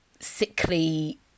sickly